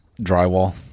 Drywall